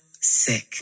sick